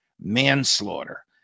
manslaughter